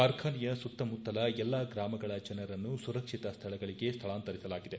ಕಾರ್ಖಾನೆಯ ಸುತ್ತಮುತ್ತಲ ಎಲ್ಲಾ ಗ್ರಾಮಗಳ ಜನರನ್ನು ಸುರಕ್ಷಿತ ಸ್ಥಳಗಳಿಗೆ ಸ್ಥಳಾಂತರಿಸಲಾಗಿದೆ